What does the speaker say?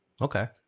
Okay